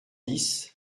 dix